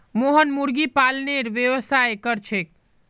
मोहन मुर्गी पालनेर व्यवसाय कर छेक